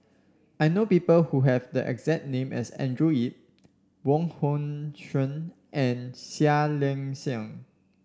I know people who have the exact name as Andrew Yip Wong Hong Suen and Seah Liang Seah